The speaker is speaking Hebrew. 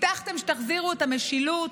הבטחתם שתחזירו את המשילות,